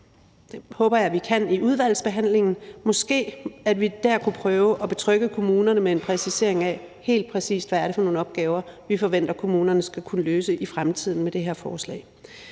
Jeg håber, at vi i udvalgsbehandlingen måske dér kunne prøve at betrygge kommunerne med en præcisering af, hvad det er for nogle opgaver, vi forventer at kommunerne skal kunne løse i fremtiden med det her forslag.